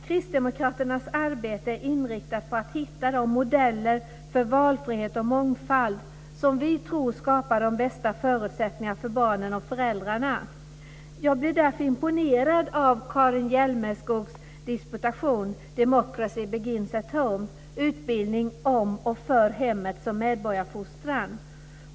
Kristdemokraternas arbete är inriktat på att hitta de modeller för valfrihet och mångfald som vi tror skapar de bästa förutsättningar för barnen och föräldrarna. Jag blev därför imponerad av Karin Hjälmeskogs disputation kring avhandlingen "Democracy begins at home" - Utbildning om och för hemmet som medborgarfostran.